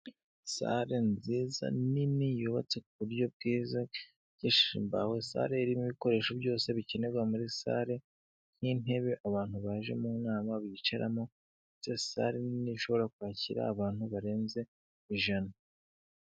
Sare nziza nini yubatse ku buryo bwiza yubakishije imbaho, sare irimo ibikoresho byose bikenerwa muri sare n'intebe abantu baje mu nama bicaramo, ndetse ni sare nini ishobora kwakira abantu barenze ijana.